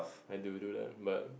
I do do that but